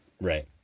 Right